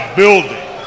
building